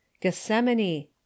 Gethsemane